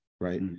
right